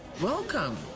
Welcome